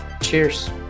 Cheers